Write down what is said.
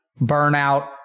burnout